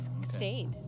stayed